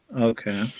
Okay